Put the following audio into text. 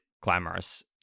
Glamorous